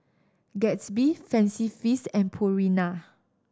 Gatsby Fancy Feast and Purina